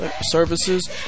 services